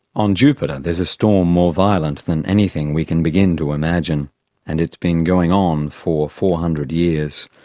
on jupiter there's a storm more violent than anything we can begin to imagine and it's been going on for four hundred years.